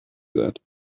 that